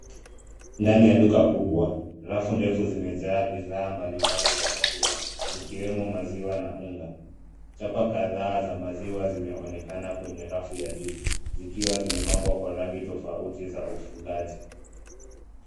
Ndani ya duka kubwa, rafu ndefu zimejaa bidhaa mbalimbali za chakula zikiwemo maziwa na unga. Chapa kadhaa za maziwa zimeonekana kwenye rafu ya juu, zikiwa zimepangwa kwa rangi tofauti za ufungaji.